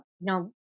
no